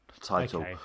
title